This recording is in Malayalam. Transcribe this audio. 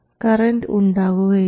കറൻറ് ഉണ്ടാകുകയില്ല